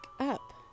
up